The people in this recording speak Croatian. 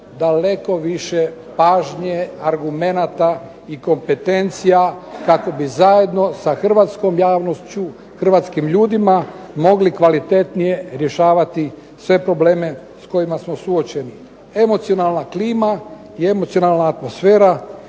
daleko više pažnje, argumenata i kompetencija kako bi zajedno sa hrvatskom javnošću, hrvatskim ljudima mogli kvalitetnije rješavati sve probleme s kojima smo suočeni. Emocionalna klima i emocionalna atmosfera